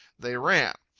they ran.